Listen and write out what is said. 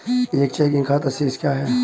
एक चेकिंग खाता शेष क्या है?